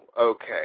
okay